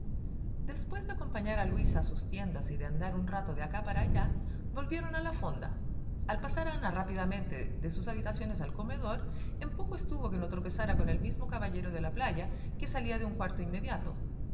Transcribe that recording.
después de acompañar a luisa a sus tiendas y de andar un rato de acá para allá volvieron a la fonda al pasar ana rápidamente de sus habitaciones al comedor en poco estuvo que no tropezara con el mismo caballero de la playa que salía de un cuarto inmediato